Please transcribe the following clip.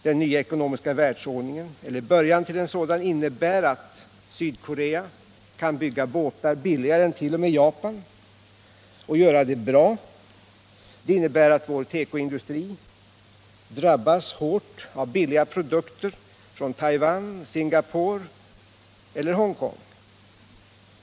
Den nya ekonomiska världsordningen eller början till en sådan innebär att Sydkorea kan bygga båtar billigare än t.o.m. Japan, och göra det bra. Den innebär att vår tekoindustri drabbas hårt av billiga produkter från Taiwan, Singapore eller Hongkong.